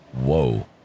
Whoa